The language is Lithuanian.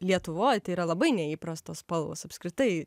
lietuvoj tai yra labai neįprastos spalvos apskritai